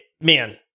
man